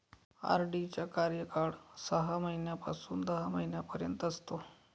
RD चा कार्यकाळ सहा महिन्यापासून दहा महिन्यांपर्यंत असतो